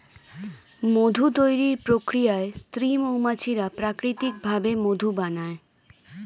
মধু তৈরির প্রক্রিয়ায় স্ত্রী মৌমাছিরা প্রাকৃতিক ভাবে মধু বানায়